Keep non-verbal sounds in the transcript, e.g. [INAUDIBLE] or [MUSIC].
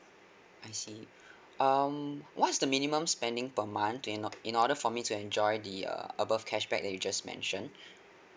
I see [BREATH] um what's the minimum spending per month in or~ in order for me to enjoy the uh above cashback that you just mentioned [BREATH]